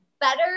better